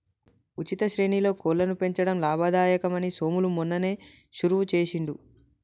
ఉచిత శ్రేణిలో కోళ్లను పెంచడం లాభదాయకం అని సోములు మొన్ననే షురువు చేసిండు